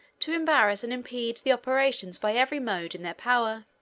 to embarrass and impede the operations by every mode in their power.